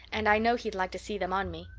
and i know he'd like to see them on me.